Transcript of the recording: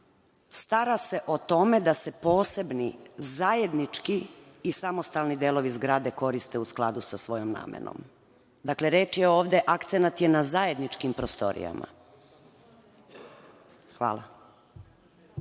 stara se o tome da se posebni zajednički i samostalni delovi zgrade koriste u skladu sa svojom namenom.“. Dakle, reč je ovde, akcenat je na zajedničkim prostorijama. Hvala.